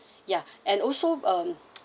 yeah and also um